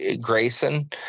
Grayson